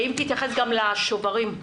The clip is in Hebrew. תתייחס גם לשוברים,